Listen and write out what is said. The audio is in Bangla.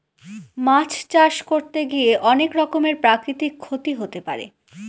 মাছ চাষ করতে গিয়ে অনেক রকমের প্রাকৃতিক ক্ষতি হতে পারে